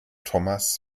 tomás